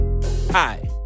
Hi